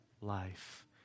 life